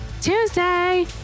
Tuesday